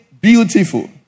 Beautiful